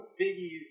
Biggie's